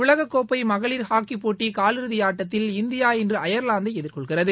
உலகக்கோப்பை மகளிர் ஹாக்கிப் போட்டி கால் இறுதி ஆட்டத்தில் இந்தியா இன்று அயர்லாந்தை எதிர்கொள்கிறது